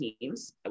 teams